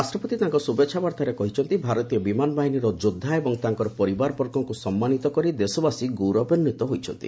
ରାଷ୍ଟ୍ରପତି ତାଙ୍କ ଶୁଭେଚ୍ଛା ବାର୍ତ୍ତାରେ କହିଛନ୍ତି ଭାରତୀୟ ବିମାନ ବାହିନୀର ଯୋଦ୍ଧା ଏବଂ ତାଙ୍କର ପରିବାରବର୍ଗଙ୍କୁ ସମ୍ମାନିତ କରି ଦେଶବାସୀ ଗୌରବାନ୍ୱିତ ହୋଇଛନ୍ତି